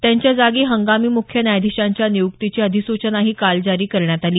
त्यांच्या जागी हंगामी मुख्य न्याधिशांच्या नियुक्तीची अधिसूचनाही काल जारी करण्यात आली